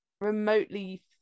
remotely